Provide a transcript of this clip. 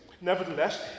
Nevertheless